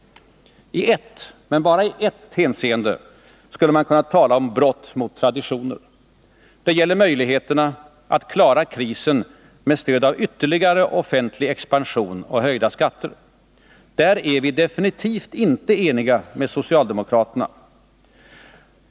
I ett — men bara i ett — hänseende skulle man kunna tala om brott mot traditioner. Det gäller möjligheterna att klara krisen med stöd av ytterligare offentlig expansion och höjda skatter. Där är vi definitivt inte överens med socialdemokraterna.